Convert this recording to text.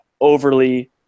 overly